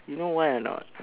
you know why or not